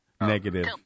negative